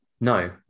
No